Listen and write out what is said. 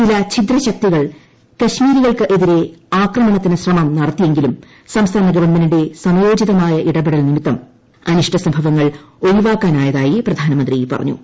ചില ഛിദ്രശക്തികൾ കാശ്മീരികൾക്കെതിരെ ആക്രമണത്തിന് ശ്രമം നടത്തിയെങ്കിലും സംസ്ഥാന ഗവൺമെന്റിന്റെ സമയോചിതമായ ഇടപെടൽ നിമിത്തം ്അനിഷ്ട സംഭവങ്ങൾ ഒഴിവാക്കാനായതായി പ്രധാനമന്ത്രി പറഞ്ഞു